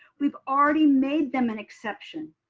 we've already made them an exception.